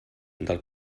del